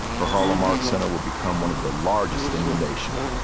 her harlem art center would become one of the largest in the nation.